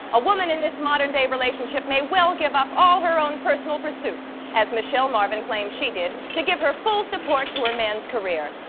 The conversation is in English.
a woman in this modern-day relationship may well give up all her own personal pursuits, as michele marvin claims she did, to give her full support to her man's career.